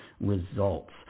results